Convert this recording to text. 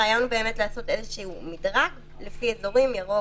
הרעיון הוא לעשות איזשהו מדרג לפי אזורים ירוק,